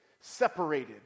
separated